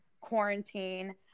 quarantine